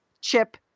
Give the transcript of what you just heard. Chip